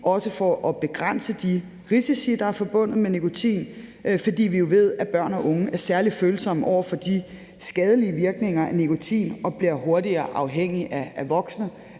også for at begrænse de risici, der er forbundet med nikotin, fordi vi ved, at børn og unge er særlig følsomme over for de skadelige virkninger af nikotin og hurtigere bliver afhængige end voksne.